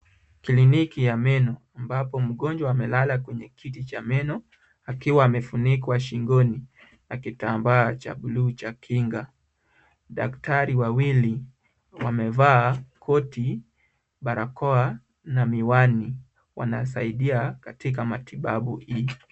Kliniki ya meno ambapo mgonjwa amelala kwenye kiti cha meno akiwa amefunikwa shingoni na kitambaa cha bluu cha kinga, daktari wawili wamevaa koti, barakoa na miwani, wanasaidia katika matibabu hii.